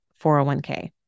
401k